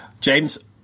James